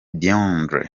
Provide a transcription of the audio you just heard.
diendéré